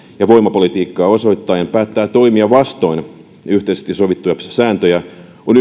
ja voimapolitiikkaa osoittaen päättää toimia vastoin yhteisesti sovittuja sääntöjä on